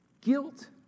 Guilt